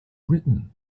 written